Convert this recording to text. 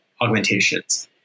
augmentations